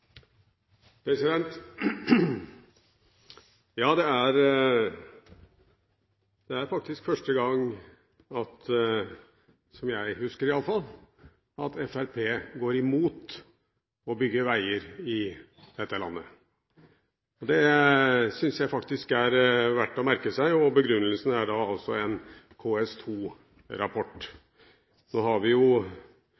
faktisk første gang jeg iallfall kan huske at Fremskrittspartiet går imot å bygge veier i dette landet. Det syns jeg faktisk er verdt å merke seg. Begrunnelsen er altså en